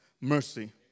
mercy